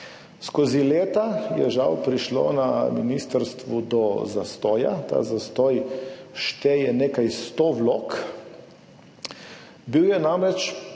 Skozi leta je žal prišlo na ministrstvu do zastoja. Ta zastoj šteje nekaj 100 vlog. Bil je namreč